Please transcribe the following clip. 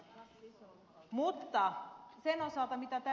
mutta se mitä täällä ed